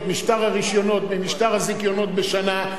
את משטר הרשיונות ממשטר הזיכיונות בשנה.